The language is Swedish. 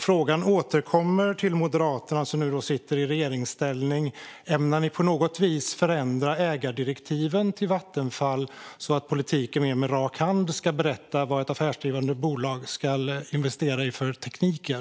Frågan återkommer alltså till Moderaterna, som nu sitter i regeringsställning: Ämnar ni på något vis förändra ägardirektiven till Vattenfall så att politiken mer rakt ut ska berätta vad ett affärsdrivande bolag ska investera i för tekniker?